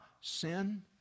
sin